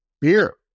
beer